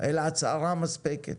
אלא הצהרה מספקת.